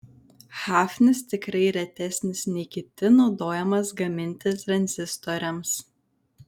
hafnis tikrai retesnis nei kiti naudojamas gaminti tranzistoriams